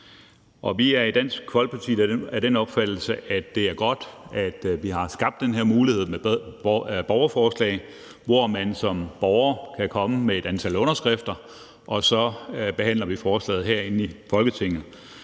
vi er i Dansk Folkeparti af den opfattelse, at det er godt, at vi har skabt den her mulighed for borgerforslag, hvor man som borger kan komme med et antal underskrifter, og så behandler vi forslaget herinde i Folketinget.